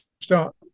start